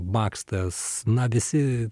bakstas na visi